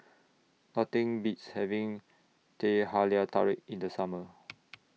Nothing Beats having Teh Halia Tarik in The Summer